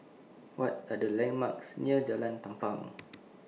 What Are The landmarks near Jalan Tampang